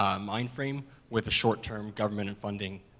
um mind frame with a short-term government and funding,